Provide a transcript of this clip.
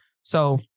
So-